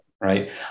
Right